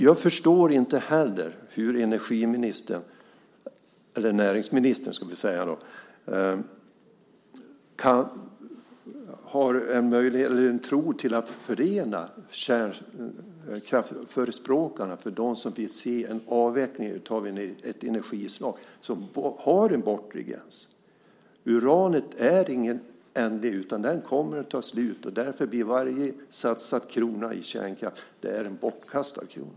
Jag förstår inte heller hur näringsministern kan ha en tro på att förena kärnkraftsförespråkarna med dem som vill se en avveckling av ett energislag som har en bortre gräns. Uranet är inte oändligt. Det kommer att ta slut, och därför är varje krona som satsas på kärnkraft en bortkastad krona.